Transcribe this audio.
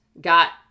got